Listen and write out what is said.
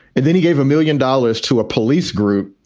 and then he gave a million dollars to a police group,